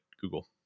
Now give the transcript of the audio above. Google